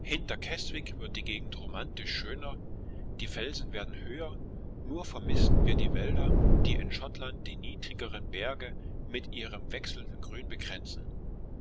hinter keswick wird die gegend romantisch schöner die felsen werden höher nur vermißten wir die wälder die in schottland die niedrigeren berge mit ihrem wechselnden grün bekränzen